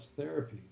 therapy